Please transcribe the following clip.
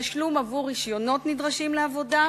תשלום עבור רשיונות נדרשים לעבודה,